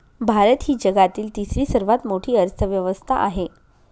भारत ही जगातील तिसरी सर्वात मोठी अर्थव्यवस्था आहे